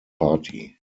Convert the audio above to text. party